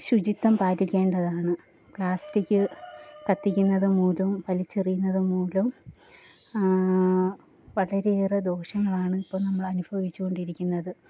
ശുചിത്വം പാലിക്കേണ്ടതാണ് പ്ലാസ്റ്റിക് കത്തിക്കുന്നത് മൂലവും വലിച്ചെറിയുന്നതു മൂലവും വളരെയേറെ ദോഷങ്ങളാണ് ഇപ്പോൾ നമ്മൾ അനുഭവിച്ചു കൊണ്ടിരിക്കുന്നത്